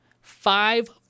five